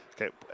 Okay